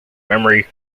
memory